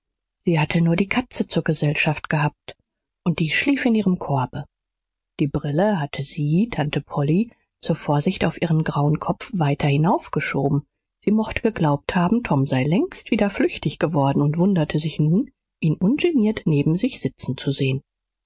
sie hatte nur die katze zur gesellschaft gehabt und die schlief in ihrem korbe die brille hatte sie tante polly zur vorsicht auf ihren grauen kopf weiter hinaufgeschoben sie mochte geglaubt haben tom sei längst wieder flüchtig geworden und wunderte sich nun ihn ungeniert neben sich sitzen zu sehen